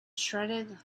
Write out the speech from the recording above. shredded